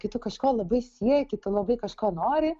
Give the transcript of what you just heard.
kai tu kažko labai sieki labai kažko nori